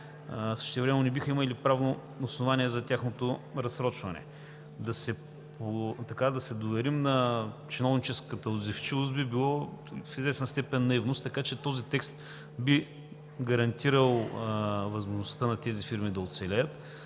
Същевременно не биха имали правно основание за тяхното разсрочване. Да се доверим на чиновническата отзивчивост би било в известна степен наивност, така че този текст би гарантирал възможността на тези фирми да оцелеят